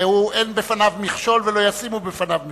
ואין בפניו מכשול ולא ישימו בפניו מכשול.